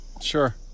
sure